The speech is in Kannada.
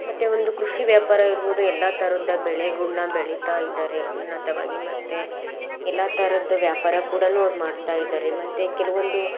ಮತ್ತು ಒಂದು ಕೃಷಿ ವ್ಯಾಪಾರ ಇರ್ಬೋದು ಎಲ್ಲ ಥರದ್ದ ಬೆಳೆಗಳ್ನ ಬೆಳೀತಾ ಇದ್ದಾರೆ ಉನ್ನತವಾಗಿ ಮತ್ತು ಎಲ್ಲ ಥರದ್ ವ್ಯಾಪಾರ ಕೂಡ ಅವ್ರು ಮಾಡ್ತಾಯಿದ್ದಾರೆ ಮತ್ತು ಕೆಲವೊಂದು